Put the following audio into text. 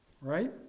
right